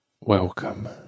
welcome